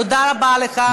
תודה רבה לך.